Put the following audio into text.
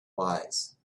wise